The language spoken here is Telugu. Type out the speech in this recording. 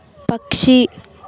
పక్షి